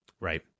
right